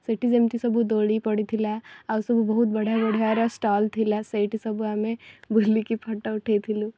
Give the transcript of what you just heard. ସେଇଠି ସେମିତି ସବୁ ଦୋଳି ପଡ଼ିଥିଲା ଆଉ ସବୁ ବହୁତ ବଢ଼ିଆ ବଢ଼ିଆର ଷ୍ଟଲ୍ ଥିଲା ସେଇଠି ସବୁ ଆମେ ବୁଲିକି ଫଟୋ ଉଠାଇଥିଲୁ